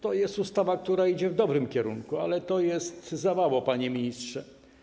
To jest ustawa, która idzie w dobrym kierunku, ale to za mało, panie ministrze.